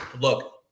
Look